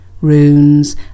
runes